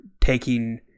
taking